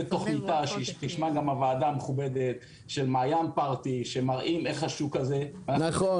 שתשמע גם הוועדה המכובדת של -- שמראים איך השוק הזה --- נכון.